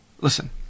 Listen